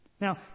Now